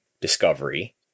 Discovery